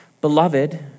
Beloved